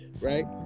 Right